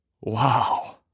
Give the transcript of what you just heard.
Wow